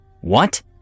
What